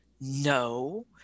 No